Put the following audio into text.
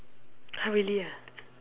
!huh! really ah